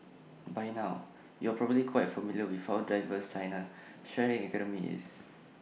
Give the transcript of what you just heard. by now you're probably quite familiar with how diverse China's sharing economy is